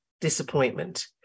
disappointment